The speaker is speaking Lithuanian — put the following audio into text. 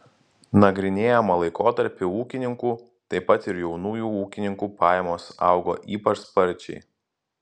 nagrinėjamą laikotarpį ūkininkų taip pat ir jaunųjų ūkininkų pajamos augo ypač sparčiai